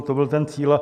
To byl ten cíl.